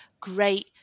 great